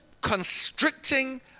constricting